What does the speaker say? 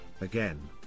again